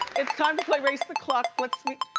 it's time to play race the clock. let's meet,